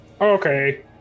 Okay